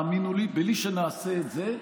האמינו לי, בלי שנעשה את זה,